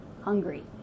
hungry